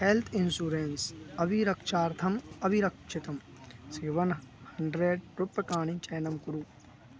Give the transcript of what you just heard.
health insurance अभिरक्षार्थम् अभिरक्षितं seven hundred रूप्यकाणि चयनं कुरु